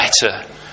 better